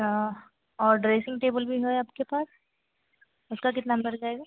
और dressing table भी है आपके पास उसका कितना पड़ जाएगा